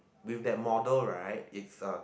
with that model right it's a